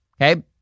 Okay